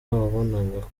wabonaga